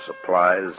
supplies